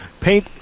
paint